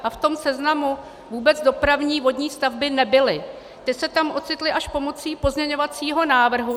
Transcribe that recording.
V tom seznamu vůbec dopravní vodní stavby nebyly, ty se tam ocitly až pomocí pozměňovacího návrhu.